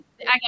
Okay